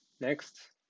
Next